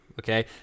okay